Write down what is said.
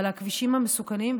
אבל הכבישים המסוכנים,